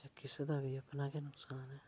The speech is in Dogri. जां किसे दा बी अपना गै नकसान ऐ